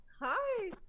Hi